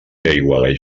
aigualeix